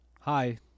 hi